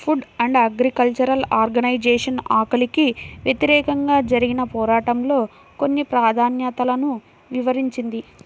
food and agriculture organisation ఆకలికి వ్యతిరేకంగా జరిగిన పోరాటంలో కొన్ని ప్రాధాన్యతలను వివరించింది